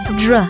dr